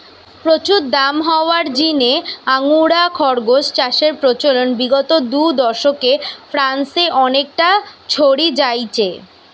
প্রচুর দাম হওয়ার জিনে আঙ্গোরা খরগোস চাষের প্রচলন বিগত দুদশকে ফ্রান্সে অনেকটা ছড়ি যাইচে